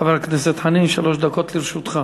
חבר הכנסת דב חנין, שלוש דקות לרשותך.